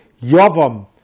Yavam